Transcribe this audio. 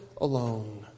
alone